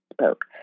spoke